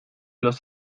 los